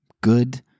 good